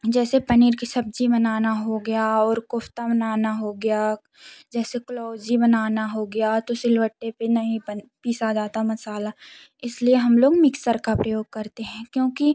जैसे पनीर की सब्ज़ी बनाना हो गया और कोफ़्ता बनाना हो गया जैसे कलौंजी बनाना हो गया तो शीलवट्टे पर नहीं बनी पीसा जाता मसाला इसलिए हम लोग मिक्सर का प्रयोग करते हैं क्योंकि